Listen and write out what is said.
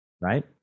right